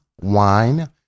wine